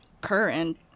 current